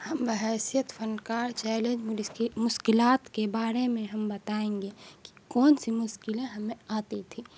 ہم بحیثیت فنکار چیلنج مشکلات کے بارے میں ہم بتائیں گے کہ کون سی مشکلیں ہمیں آتی تھیں